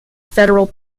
federal